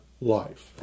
life